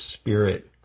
spirit